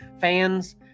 fans